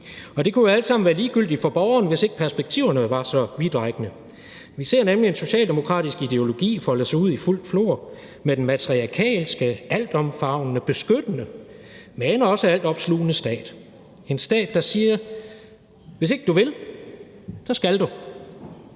og det kunne jo alt sammen være ligegyldigt for borgeren, hvis ikke perspektiverne var så vidtrækkende. Vi ser nemlig en socialdemokratisk ideologi folde sig ud i fuld flor med den matriarkalske altomfavnende, beskyttende, men også altopslugende stat, en stat, der siger, at hvis ikke du vil, så skal du.